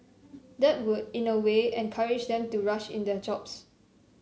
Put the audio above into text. that would in a way encourage them to rush in their jobs